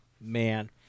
man